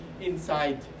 inside